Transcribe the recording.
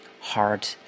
hard